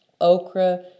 okra